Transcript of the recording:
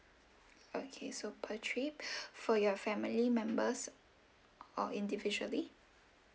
okay so per trip for your family members or individually